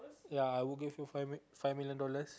ya I would give you five mil~ five million dollars